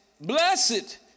blessed